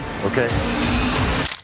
okay